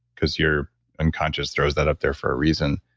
because your unconscious throws that up there for a reason.